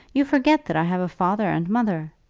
you forget that i have a father and mother.